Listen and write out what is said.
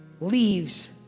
leaves